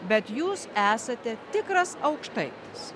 bet jūs esate tikras aukštaitis